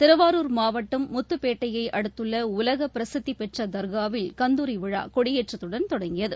திருவாரூர் மாவட்டம் முத்தப்பேட்டையை அடுத்துள்ள உலக பிரசித்திப் பெற்ற தர்காவில் கந்தாரி விழா கொடியேற்றத்துடன் தொடங்கியது